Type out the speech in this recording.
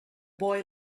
boy